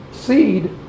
seed